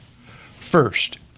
First